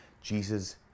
Jesus